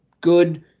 good